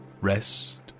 rest